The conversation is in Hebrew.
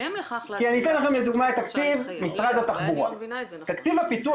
אתן לכם לדוגמה את תקציב משרד התחבורה: תקציב הפיתוח